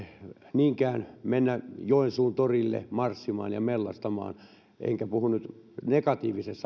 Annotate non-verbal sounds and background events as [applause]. niinkään mennä joensuun torille marssimaan ja mellastamaan enkä puhu nyt negatiivisesti [unintelligible]